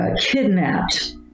kidnapped